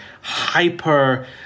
hyper